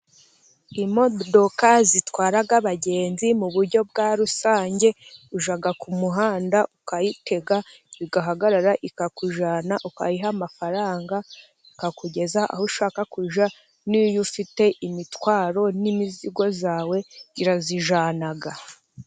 Imodoka zitwara abagenzi mu buryo bwa rusange, ujya ku muhanda ukayitega, igahagarara ikakujyana. Ukayiha amafaranga, ikakugeza aho ushaka kujya. N'iy'ufite imitwaro n'imizigo yawe irazijyana.